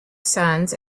sons